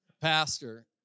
Pastor